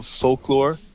folklore